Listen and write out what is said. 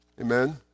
amen